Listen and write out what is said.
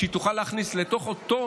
שתוכל להכניס לתוך אותו